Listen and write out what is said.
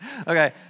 Okay